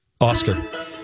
Oscar